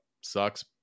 sucks